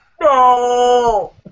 No